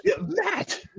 Matt